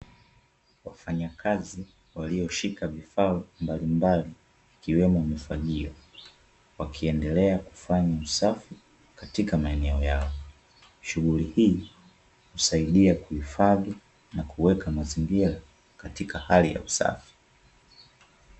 Wafanyakazi walioshika vifaa mbalimbali ikiwemo mifagio, wakiendelea kufanya usafi katika maeneno yao. Shughuli hii husaidia kuhifadhi na kuweka mazingira katika hali ya usafi.